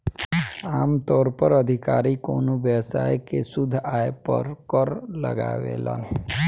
आमतौर पर अधिकारी कवनो व्यवसाय के शुद्ध आय पर कर लगावेलन